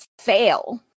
fail